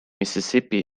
mississippi